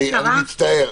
אני מצטער.